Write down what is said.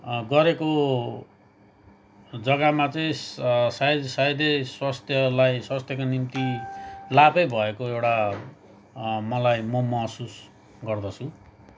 गरेको जग्गामा चाहिँ सायद सायदै स्वास्थ्यलाई स्वास्थ्यको निम्ति लाभै भएको एउटा मलाई म महसुस गर्दछु